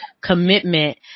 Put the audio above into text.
commitment